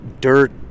dirt